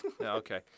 Okay